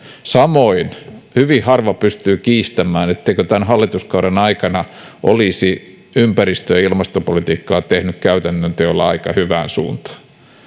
samoin hyvin harva pystyy kiistämään etteikö tämän hallituskauden aikana olisi ympäristö ja ilmastopolitiikkaa tehty käytännön teoilla aika hyvään suuntaan